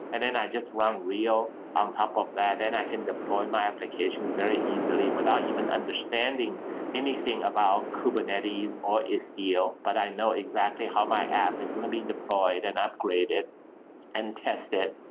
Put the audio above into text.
and then i just run rio on top of that, then i can deploy my applications very easily without even understanding anything about kubernetes or istio, but i know exactly how my app is going to deployed and upgraded and tested.